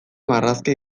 marrazkia